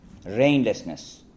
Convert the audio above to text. rainlessness